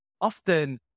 often